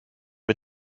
mit